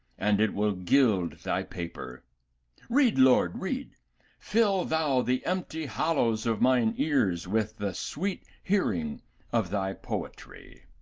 and it will gild thy paper read, lord, read fill thou the empty hollows of mine ears with the sweet hearing of thy poetry.